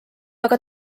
aga